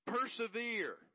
Persevere